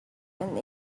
and